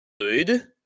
good